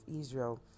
israel